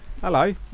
hello